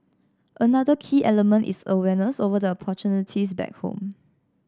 another key element is awareness over the opportunities back home